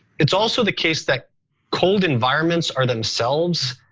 it's also the case that cold environments are themselves